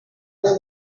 dans